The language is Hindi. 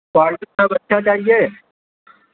क्वालिटी सब अच्छा चाहिए